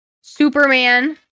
Superman